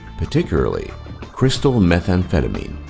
particularly crystal methamphetamine.